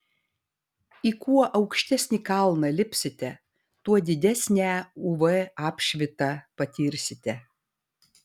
į kuo aukštesnį kalną lipsite tuo didesnę uv apšvitą patirsite